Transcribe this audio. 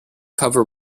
cover